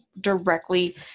directly